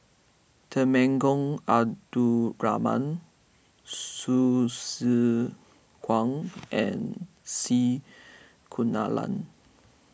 Temenggong Abdul Rahman Hsu Tse Kwang and C Kunalan